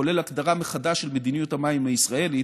כולל הגדרה מחדש של מדיניות המים הישראלית.